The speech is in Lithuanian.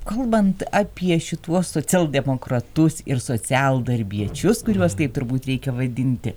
kalbant apie šituos socialdemokratus ir socialdarbiečius kuriuos taip turbūt reikia vadinti